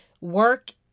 work